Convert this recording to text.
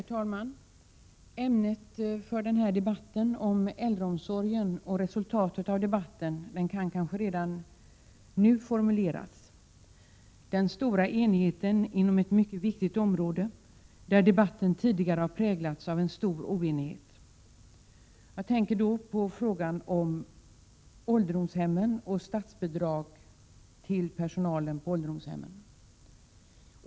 Herr talman! Resultatet av debatten i det ämne som vi nu behandlar, äldreomsorgen, kan kanske redan nu formuleras: Det råder i dag en stor enighet när det gäller detta mycket viktiga område, där debatten tidigare har präglats av en stor oenighet. Jag tänker då på frågan om ålderdomshemmen och statsbidraget för personalen på dessa.